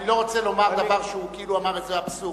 אני לא רוצה לומר דבר, הוא כאילו אמר איזה אבסורד.